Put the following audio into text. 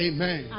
Amen